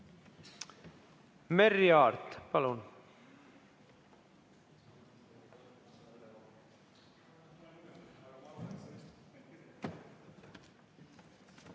Merry Aart, palun!